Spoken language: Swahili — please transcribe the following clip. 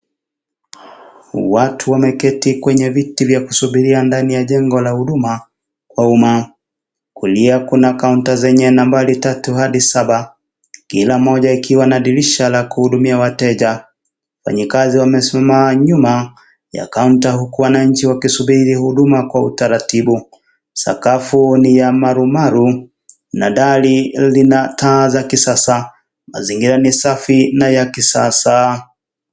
Watu wameketi kenye viti vya kusubiria ndani ya jengi la Huduma za umma. Kulia kuna kaunta zenye nambari tatu hadi saba, kila moja ikiwa na dirisha la kuhudumia wateja. Wafanyikazi wamesimama nyuma ya kaunta huku wananchi wakisubiri huduma kwa utaratibu. Sakafu ni ya marumaru na dari lina taa za kisasa. Mazingira ni safi na ya kisasa.